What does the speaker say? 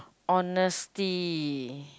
honesty